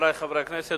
חברי חברי הכנסת,